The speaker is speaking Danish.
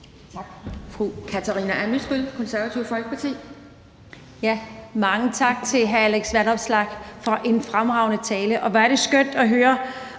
Tak.